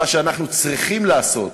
מה שאנחנו צריכים לעשות,